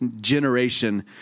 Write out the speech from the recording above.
generation